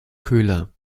köhler